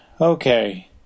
okay